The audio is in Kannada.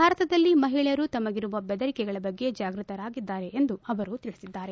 ಭಾರತದಲ್ಲಿ ಮಹಿಳೆಯರು ತಮಗಿರುವ ಬೆದರಿಕೆಗಳ ಬಗ್ಗೆ ಜಾಗೃತರಾಗಿದ್ದಾರೆ ಎಂದು ಅವರು ಹೇಳಿದ್ದಾರೆ